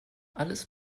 alles